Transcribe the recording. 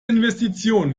investition